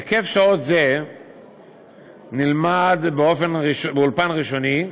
היקף שעות זה נלמד באולפן ראשוני,